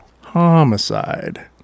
Homicide